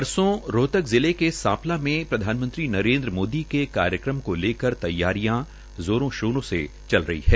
परसों रोहतक जिले के सांपला में प्रधानमंत्री नरेन्द्र मोदी के कार्यक्रम को लेकर तैयारियां जोरों शोरों से चल रही है